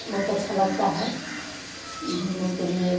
बहुत अच्छा लगता है घूमने के लिए